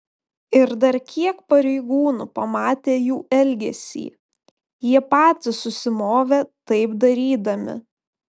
ir dar kiek pareigūnų pamatė jų elgesį jie patys susimovė taip darydami